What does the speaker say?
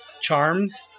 charms